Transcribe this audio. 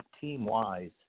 team-wise